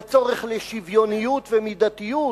בצורך לשוויוניות ומידתיות,